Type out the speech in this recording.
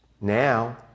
Now